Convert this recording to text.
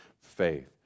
faith